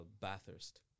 Bathurst